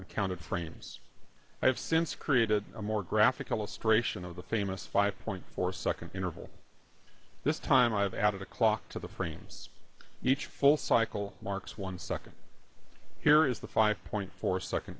and counted frames i have since created a more graphic illustration of the famous five point four second interval this time i've added a clock to the frames each full cycle marks one second here is the five point four second